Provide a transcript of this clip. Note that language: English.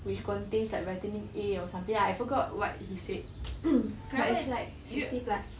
which contains like vitamin A or something ah I forgot what he said current sixty plus